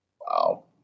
Wow